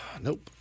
Nope